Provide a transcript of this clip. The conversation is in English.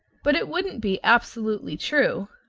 but it wouldn't be absolutely true.